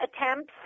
attempts